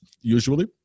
usually